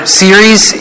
series